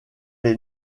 est